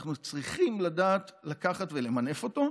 אנחנו צריכים לדעת לקחת ולמנף אותו.